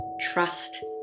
trust